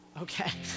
Okay